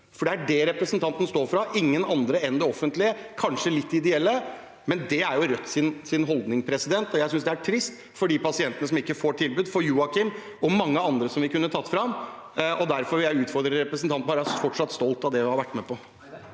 Det er dette representanten står for – ingen andre enn det offentlige, kanskje litt ideelle – det er Rødts holdning. Jeg synes det er trist for de pasientene som ikke får tilbud – for Joakim og mange andre som vi kunne trukket fram. Derfor vil jeg utfordre representanten på om hun fortsatt er stolt av det hun har vært med på.